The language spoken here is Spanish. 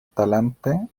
talante